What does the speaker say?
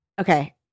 okay